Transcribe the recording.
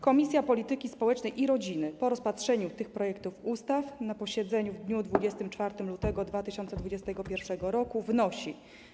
Komisja Polityki Społecznej i Rodziny po rozpatrzeniu tych projektów ustaw na posiedzeniu w dniu 24 lutego 2021 r. wnosi: